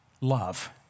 love